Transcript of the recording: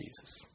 jesus